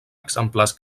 exemplars